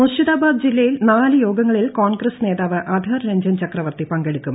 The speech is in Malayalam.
മുർഷിദാബാദ് ജില്ലയിൽ നാല് യോഗങ്ങളിൽ കോൺഗ്രസ് നേതാവ് അധിർ രഞ്ജൻ ചക്രവർത്തി പങ്കെടുക്കും